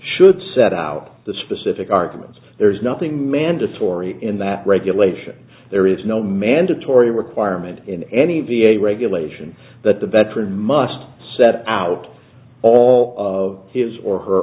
should set out the specific arguments there is nothing mandatory in that regulation there is no mandatory requirement in any v a regulation that the veteran must set out all of his or her